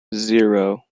zero